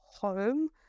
home